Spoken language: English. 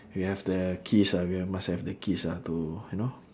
we have the keys ah we are must have the keys ah to you know